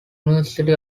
university